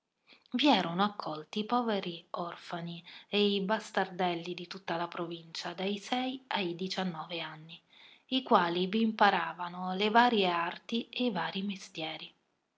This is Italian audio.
i erano accolti i poveri orfani e i bastardelli di tutta la provincia dai sei ai diciannove anni i quali vi imparavano le varie arti e i varii mestieri